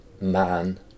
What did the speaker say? man